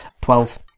Twelve